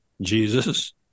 Jesus